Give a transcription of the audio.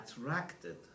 attracted